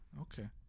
Okay